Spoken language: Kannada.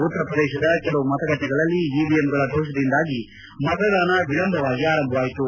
ಉತ್ತರ ಪ್ರದೇಶದ ಕೆಲವು ಮತಗಟ್ಟೆಗಳಲ್ಲಿ ಇವಿಎಂಗಳ ದೋಷದಿಂದಾಗಿ ಮತದಾನ ವಿಳಂಬವಾಗಿ ಆರಂಭವಾಯಿತು